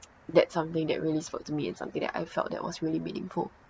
that something that really spoke to me and something that I felt that was really meaningful